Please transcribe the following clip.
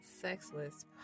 sexless